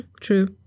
True